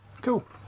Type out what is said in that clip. Cool